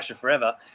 Forever